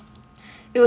um the dance